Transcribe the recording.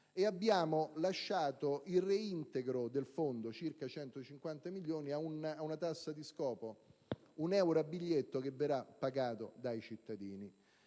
abbiamo lasciato il reintegro del fondo, circa 150 milioni di euro, a una tassa di scopo: un euro a biglietto che verrà pagato dai cittadini.